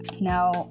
now